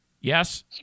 Yes